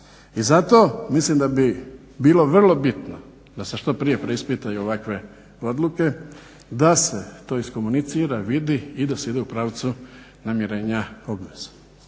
I zato mislim da bi vrlo bitno da se što prije preispitaju ovakve odluke, da se to iskomunicira, vidi i da se ide u pravcu namirenja obveze.